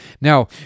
Now